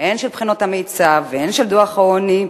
הן של בחינות המיצ"ב והן של דוח העוני,